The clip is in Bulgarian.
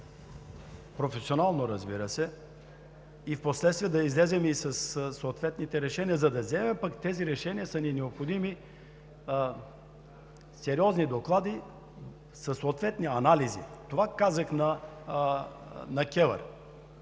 професионално да водим дебати, впоследствие да излезем със съответните решения. За да вземем тези решения, пък са ни необходими сериозни доклади със съответни анализи. Това казах на КЕВР.